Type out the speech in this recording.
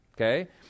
okay